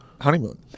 honeymoon